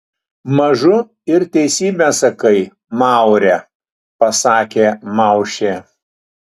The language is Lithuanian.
mažu ir teisybę sakai maure pasakė maušė